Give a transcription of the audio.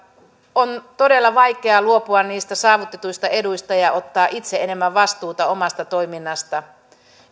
on todella vaikeaa luopua niistä saavutetuista eduista ja ottaa itse enemmän vastuuta omasta toiminnastaan